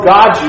God